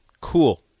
Cool